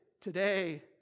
today